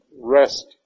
rest